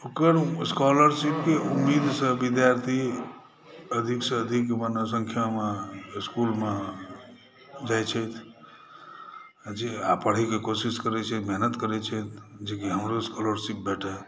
ओकर स्कालरशिप के उम्मीदसँ विद्यार्थी अधिक सँ आधिक माने संख्यामे इसकुलमे जाइ छथि आ जे आब पढ़ैक कोशिश करै छथि मेहनत करै छथि जे कि हमरहु स्कॉलरशिप भेटए